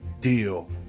Deal